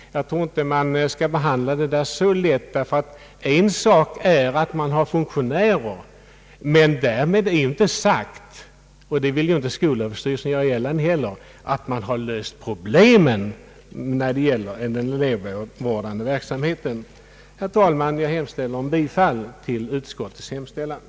Jag tycker att man inte skall behandla detta så lättvindigt. En sak är att det finns funktionärer, men därmed är inte sagt — och det vill skolöverstyrelsen heller inte göra gällande — att man har löst problemet med den elevvårdande verksamheten. Herr talman! Jag hemställer om bifall till utskottets förslag.